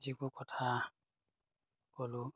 যিবোৰ কথা ক'লোঁ